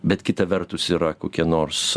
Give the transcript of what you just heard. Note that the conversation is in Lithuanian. bet kita vertus yra kokie nors